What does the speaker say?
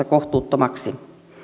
kohtuuttomiksi